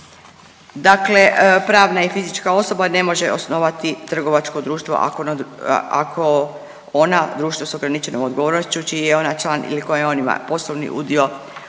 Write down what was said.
Dakle, pravna i fizička osoba ne može osnovati trgovački društvo ako ona društvo sa ograničenom odgovornošću čiji je ona član ili koje on ima poslovni udio